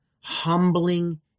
humbling